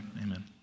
Amen